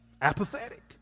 Apathetic